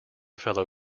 fellow